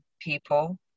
people